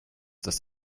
dass